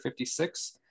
56